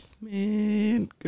Man